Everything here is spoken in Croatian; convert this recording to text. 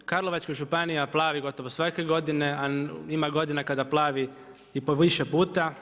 Karlovačka županija plavi gotovo svake godine, a ima godina kada plavi i po više puta.